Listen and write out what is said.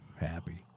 Happy